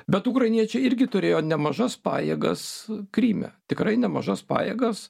bet ukrainiečiai irgi turėjo nemažas pajėgas kryme tikrai nemažas pajėgas